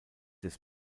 des